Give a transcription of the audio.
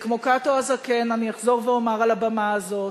כמו קאטו הזקן, אני אחזור ואומר על הבמה הזאת: